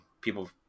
people